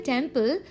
Temple